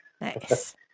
Nice